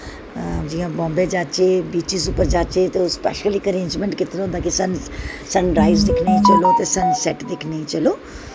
जि'यां बम्बे जाच्चे बीचीस पर जाच्चे ते ओह् इक स्पैशली अरेंजमैंट कीते दा होंदा सनराईज़ दिक्खने गी चलो ते सनसैट्ट दिक्खने गी चलो